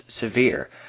severe